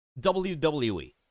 WWE